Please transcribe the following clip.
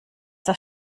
das